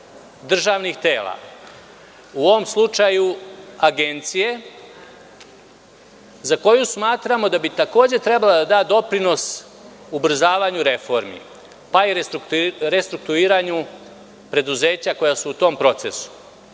državnih tela, u ovom slučaju Agencije, za koju smatramo da bi takođe trebalo da da doprinos ubrzavanju reformi, pa i restrukturiranju preduzeća koja su u tom procesu.